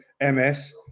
MS